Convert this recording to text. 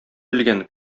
белгән